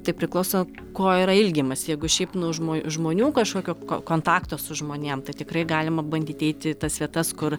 tai priklauso ko yra ilgimasi jeigu šiaip nu žmo žmonių kažkokio ko kontakto su žmonėm tai tikrai galima bandyti eiti į tas vietas kur